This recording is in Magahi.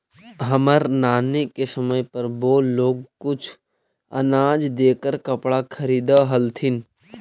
हमर नानी के समय पर वो लोग कुछ अनाज देकर कपड़ा खरीदअ हलथिन